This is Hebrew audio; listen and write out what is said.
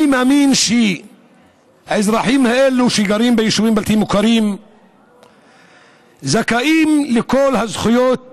אני מאמין שהאזרחים האלה שגרים ביישובים בלתי מוכרים זכאים לכל הזכויות